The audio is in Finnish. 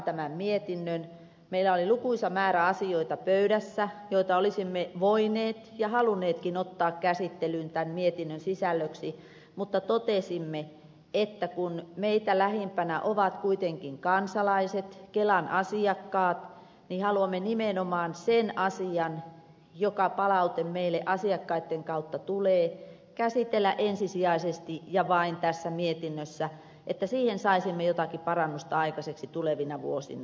meillä oli pöydällä lukuisa määrä asioita joita olisimme voineet ja halunneetkin ottaa käsittelyyn tämän mietinnön sisällöksi mutta totesimme että kun meitä lähimpänä ovat kuitenkin kansalaiset kelan asiakkaat niin haluamme nimenomaan sen asian palautteen joka meille asiakkaitten kautta tulee käsitellä ensisijaisesti ja vain tässä mietinnössä että siihen saisimme jotakin parannusta aikaiseksi tulevina vuosina